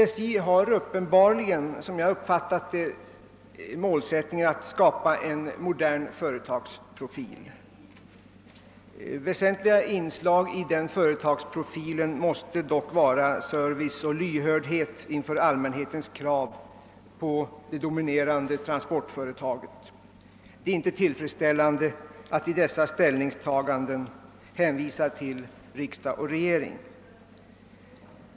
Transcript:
SJ har uppenbarligen, som jag uppfattat det, målsättningen att skapa en modern företagsprofil. Väsentliga inslag i denna profil måste dock vara service och lyhördhet inför allmänhetens krav på det dominerande transportföretaget. Det är inte tillfredsställande att vid dessa ställningstaganden hänvisa till riksdag och regering.